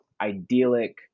idyllic